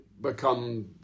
become